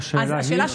והשאלה היא?